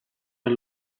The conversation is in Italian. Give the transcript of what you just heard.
del